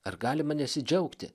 ar galima nesidžiaugti